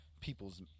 people's